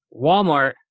Walmart